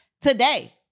today